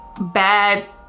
bad